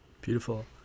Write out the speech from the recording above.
Beautiful